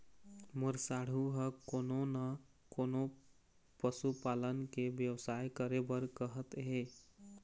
मोर साढ़ू ह कोनो न कोनो पशु पालन के बेवसाय करे बर कहत हे